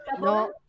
No